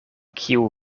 kiu